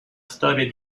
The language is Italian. storia